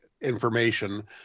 information